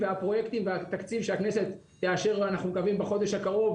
והפרויקטים והתקציב שהכנסת תאשר בחודש הקרוב,